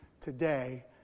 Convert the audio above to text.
today